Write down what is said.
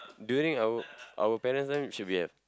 do you think our our parents' time should have